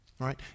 right